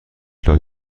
لاک